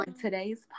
today's